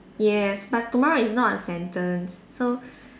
yes but tomorrow is not a sentence so